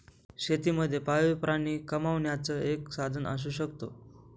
शेती मध्ये पाळीव प्राणी कमावण्याचं एक साधन असू शकतो